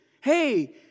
Hey